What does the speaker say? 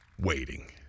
waiting